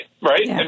right